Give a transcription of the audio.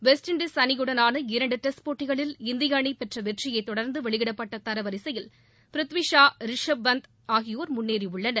west Indies அணிபுடனான இரண்டு test போட்டிகளில் இந்திய அணி பெற்ற வெற்றியைத் தொடர்ந்து வெளியிடப்பட்ட தரவரிசையில் பிரித்வி ஷா ரிஷப் பந்த் ஆகியோர் முன்னேறியுள்ளனர்